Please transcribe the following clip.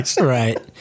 Right